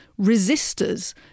resistors